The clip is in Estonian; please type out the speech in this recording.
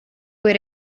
kui